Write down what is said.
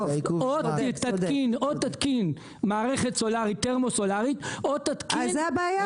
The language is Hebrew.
או תתקין מערכת תרמו-סולארית לא במקום....